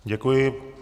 Děkuji.